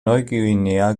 neuguinea